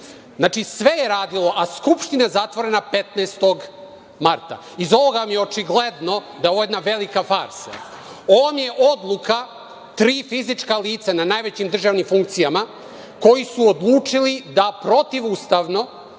Znači, sve je radilo, a Skupština je zatvorena 15. marta. Iz ovoga je očigledno je ovo jedna velika farsa. Ovo vam odluka tri fizička lica na najvećim državnim funkcijama koji su odlučili da protivustavno